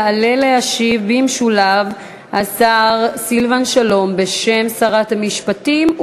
יעלה להשיב במשולב השר סילבן שלום בשם שרת המשפטים.